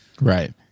Right